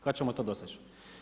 Kada ćemo to doseći?